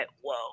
whoa